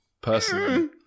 personally